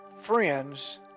friends